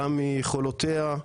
גם מיכולותיה,